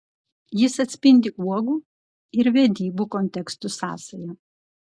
jis atspindi uogų ir vedybų kontekstų sąsają